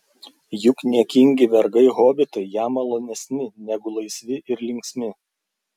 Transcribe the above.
juk niekingi vergai hobitai jam malonesni negu laisvi ir linksmi